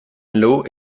loo